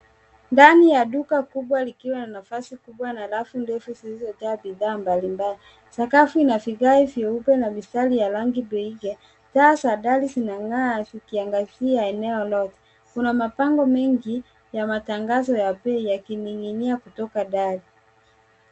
Ndani ya duka kubwa likiwa na nafasi kubwa na rafu ndefu zilizojaa bidhaa mbalimbali. Sakafu ina vigae vyeupe na mistari ya rangi belge .Taa za dari zinang'aa zikiangazia eneo lote. Kuna mabango mengi, ya matangazo ya bei yakining'inia kutoka dari.